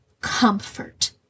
comfort